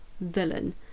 villain